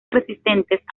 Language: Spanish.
resistentes